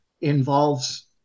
involves